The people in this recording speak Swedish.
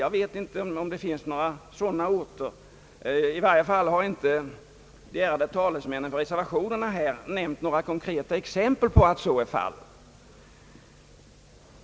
Jag vet inte om det finns sådana orter — i varje fall har inte de ärade talesmännen för reservationerna gett några konkreta exempel därvidlag.